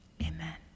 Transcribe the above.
Amen